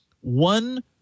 one